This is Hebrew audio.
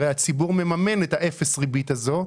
הרי הציבור מממן את האפס ריבית הזאת.